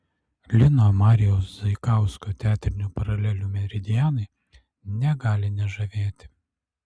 lino marijaus zaikausko teatrinių paralelių meridianai negali nežavėti